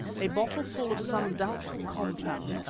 a bottle full of some doubtful compound,